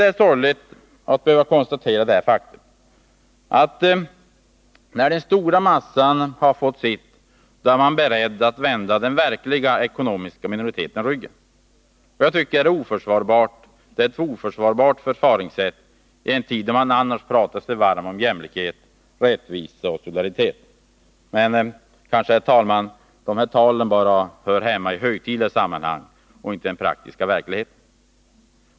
Det är sorgligt att behöva konstatera det faktum, att när den stora massan fått sitt är man beredd att vända den verkliga ekonomiska minoriteten ryggen. Jag tycker det är ett oförsvarbart förfaringssätt i en tid då man annars pratar sig varm om jämlikhet, rättvisa och solidaritet. Men, herr talman, detta tal kanske bara hör hemma i högtidliga sammanhang och inte i den praktiska verkligheten.